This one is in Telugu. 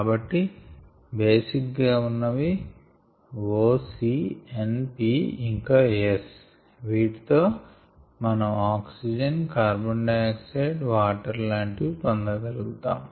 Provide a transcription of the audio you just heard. కాబట్టి బేసిక్ గా ఉన్నవి O C N P ఇంకా S వీటితో మనం ఆక్సిజన్ CO 2 H 2 O లాంటివి పొంద గలము